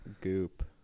goop